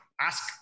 ask